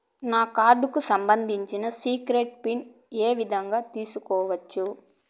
నా కార్డుకు సంబంధించిన సీక్రెట్ పిన్ ఏ విధంగా తీసుకోవచ్చు?